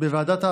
בוועדת העבודה,